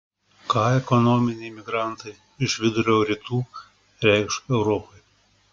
ką ekonominiai migrantai iš vidurio rytų reikš europai